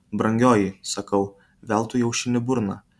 brangioji sakau veltui aušini burną